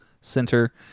Center